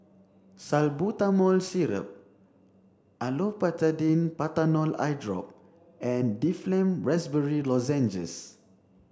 Salbutamol Syrup Olopatadine Patanol Eyedrop and Difflam Raspberry Lozenges